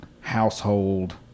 household